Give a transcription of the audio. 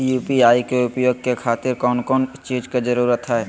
UPI के उपयोग के खातिर कौन कौन चीज के जरूरत है?